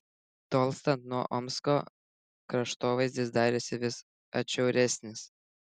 tolstant nuo omsko kraštovaizdis darėsi vis atšiauresnis